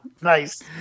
Nice